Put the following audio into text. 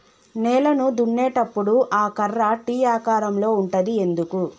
నేలను దున్నేటప్పుడు ఆ కర్ర టీ ఆకారం లో ఉంటది ఎందుకు?